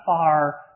far